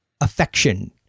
affection